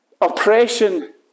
oppression